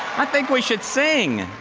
i think we should sing.